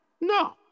No